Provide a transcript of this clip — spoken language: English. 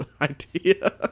idea